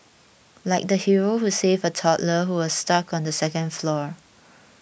like the hero who saved a toddler who was stuck on the second floor